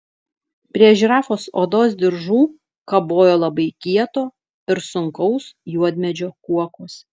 prie žirafos odos diržų kabojo labai kieto ir sunkaus juodmedžio kuokos